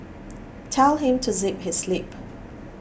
tell him to zip his lip